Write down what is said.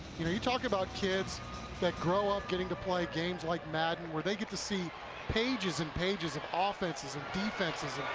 you know you talk about kids that grow up getting to play games like madden, where they get to see pages and pages of offenses and defenses,